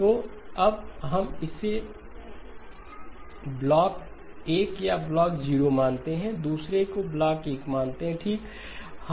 तो अब हम इसे ब्लॉक 1 या ब्लॉक 0 मानते हैं दूसरे को ब्लॉक 1 मानते हैं ठीक है